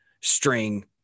string